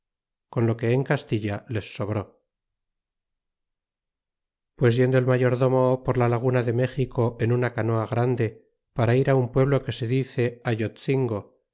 con lo que en castilla les sobró pues yendo el mayordomo por la laguna de méxico en una canoa grande para ir un pueblo que se dice ayotzingo